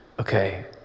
okay